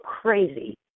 crazy